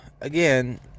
again